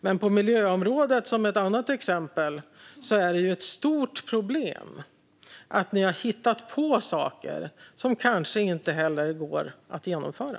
Men på miljöområdet är det, som ett annat exempel, ett stort problem att ni har hittat på saker som kanske inte går att genomföra.